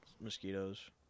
mosquitoes